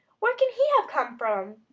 where can he have come from?